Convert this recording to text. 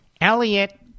Elliot